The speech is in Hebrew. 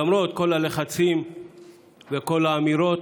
למרות כל הלחצים וכל האמירות.